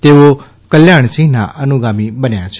તેઓ શ્રી કલ્યાણસિંહના અનુગામી બન્યા છે